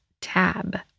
tab